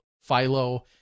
Philo